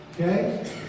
Okay